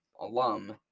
alum